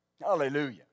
Hallelujah